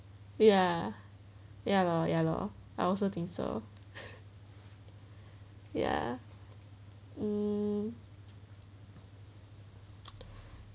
ya ya lor ya lor I also think so ya um